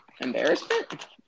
Embarrassment